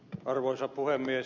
arvoisa puhemies